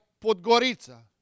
Podgorica